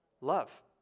Love